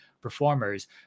performers